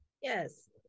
Yes